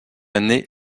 année